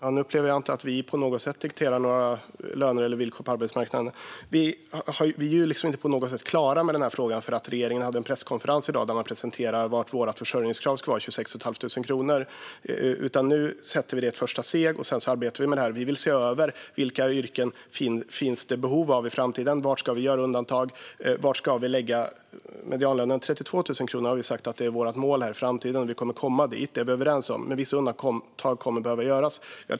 Fru talman! Jag upplever inte att vi på något sätt dikterar några löner eller villkor på arbetsmarknaden. Vi är inte klara med den här frågan. Regeringen hade en presskonferens i dag där vi presenterade vad vårt försörjningskrav ska vara: 26 500 kronor. Nu sätter vi detta i ett första steg, och sedan arbetar vi med det. Vi vill se över vilka yrken det finns behov av i framtiden, var vi ska göra undantag och var vi ska lägga medianlönen. 32 000 har vi sagt är vårt mål i framtiden. Vi kommer att komma dit, det är vi överens om, men vissa undantag kommer att behöva göras.